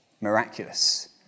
miraculous